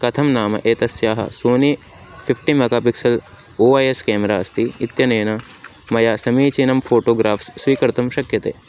कथं नाम एतस्याः Sony fifty megapixel O I S camera अस्ति इत्यनेन मया समीचीनं फ़ोटोग्राफ़्स् स्वीकर्तुं शक्यते